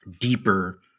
deeper